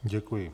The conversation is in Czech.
Děkuji.